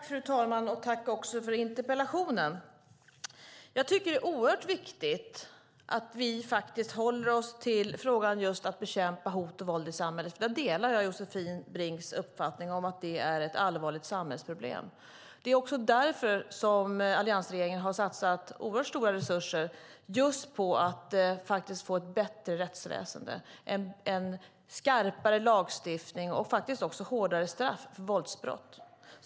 Fru talman! Jag tackar för interpellationen. Det är oerhört viktigt att vi håller oss till frågan om att bekämpa hot och våld i samhället. Jag delar Josefin Brinks uppfattning att detta är ett allvarligt samhällsproblem. Det är också därför alliansregeringen har satsat oerhört stora resurser på att få ett bättre rättsväsen, en skarpare lagstiftning och hårdare straff för våldsbrott.